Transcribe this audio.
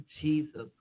Jesus